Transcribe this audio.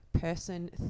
person